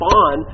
on